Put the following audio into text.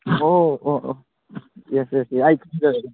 ꯑꯣ ꯑꯣ ꯑꯣ ꯌꯦꯁ ꯌꯦꯁ ꯑꯩ ꯈꯪꯖꯔꯦ